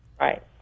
Right